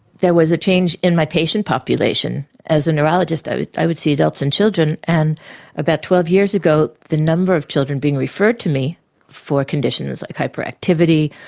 there was a change in my patient population. as a neurologist i would i would see adults and children, and about twelve years ago the number of children being referred to me for conditions like hyperactivity,